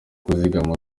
kuzigama